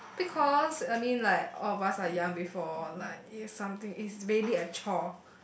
because I mean like all of us are young before like if something is really a chore